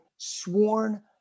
sworn